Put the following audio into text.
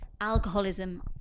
alcoholism